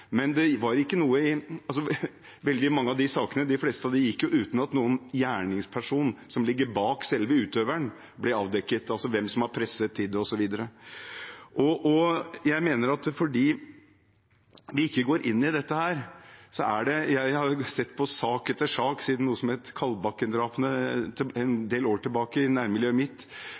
Men veldig mange av de sakene, de fleste av dem, gikk uten at noen gjerningsperson som sto bak selve utøveren, ble avdekket, altså hvem som hadde presset vedkommende til det, osv. Jeg har sett på sak etter sak siden noe som het Kalbakken-drapene, en del år tilbake i nærmiljøet mitt,